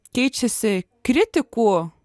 keičiasi kritikų